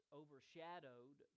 overshadowed